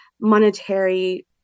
monetary